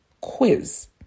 quiz